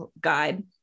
guide